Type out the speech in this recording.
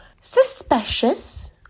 suspicious